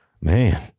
man